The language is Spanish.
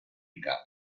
rica